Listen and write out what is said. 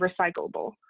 recyclable